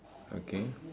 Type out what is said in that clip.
okay